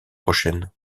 prochaine